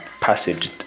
passage